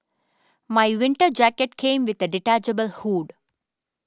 my winter jacket came with a detachable hood